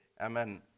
Amen